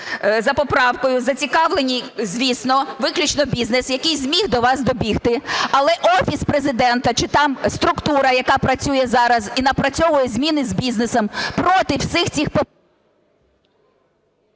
за поправкою зацікавлений, звісно, виключно бізнес, який зміг до вас добігти. Але Офіс Президента, чи там структура, яка працює зараз і напрацьовує зміни з бізнесом, проти всіх цих…